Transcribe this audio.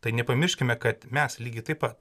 tai nepamirškime kad mes lygiai taip pat